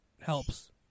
helps